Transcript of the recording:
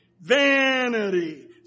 vanity